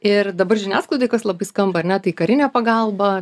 ir dabar žiniasklaidoj kas labai skamba ar ne tai karinė pagalba